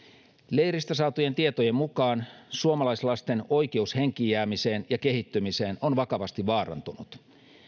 leiristä saatujen tietojen mukaan suomalaislasten oikeus henkiin jäämiseen ja kehittymiseen on vakavasti vaarantunut